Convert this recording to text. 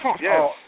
Yes